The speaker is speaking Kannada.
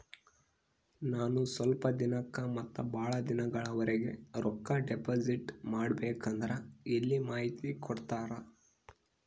ನಾನು ಸ್ವಲ್ಪ ದಿನಕ್ಕ ಮತ್ತ ಬಹಳ ದಿನಗಳವರೆಗೆ ರೊಕ್ಕ ಡಿಪಾಸಿಟ್ ಮಾಡಬೇಕಂದ್ರ ಎಲ್ಲಿ ಮಾಹಿತಿ ಕೊಡ್ತೇರಾ?